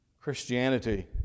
Christianity